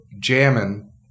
jamming